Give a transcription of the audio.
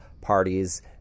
parties